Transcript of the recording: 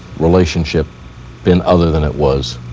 relationship been other than it was.